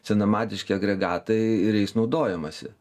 senamadiški agregatai ir jais naudojamasi